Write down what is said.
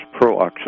pro-oxidant